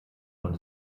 von